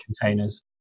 containers